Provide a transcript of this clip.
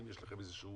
האם יש לכם איזה שהוא